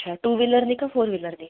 अच्छा टू व्हीलरनी का फोर व्हिलरने